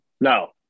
No